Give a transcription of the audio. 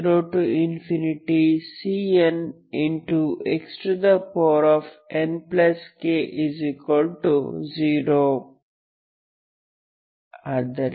Cnxnk 1n0Cnxnk0 ಆದ್ದರಿಂದ